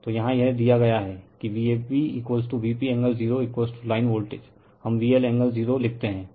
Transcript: तो यहाँ यह दिया गया हैं कि VabVp एंगल 0लाइन वोल्टेज हम VL एंगल जीरो लिखते हैं